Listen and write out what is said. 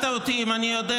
אני אלך לפי